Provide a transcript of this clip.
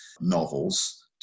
novels